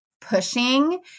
pushing